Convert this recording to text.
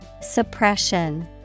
Suppression